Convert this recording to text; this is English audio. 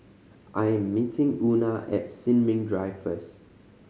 I am meeting Una at Sin Ming Drive first